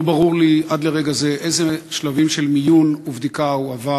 לא ברור לי עד לרגע זה איזה שלבים של מיון ובדיקה הוא עבר.